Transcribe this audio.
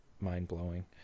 mind-blowing